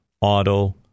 Auto